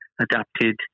adapted